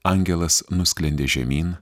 angelas nusklendė žemyn